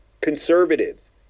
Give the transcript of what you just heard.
conservatives